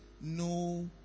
no